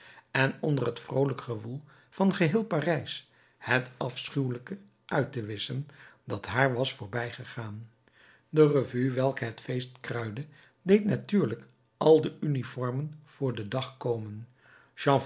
en onder het vroolijk gewoel van geheel parijs het afschuwelijke uit te wisschen dat haar was voorbijgegaan de revue welke het feest kruidde deed natuurlijk al de uniformen voor den dag komen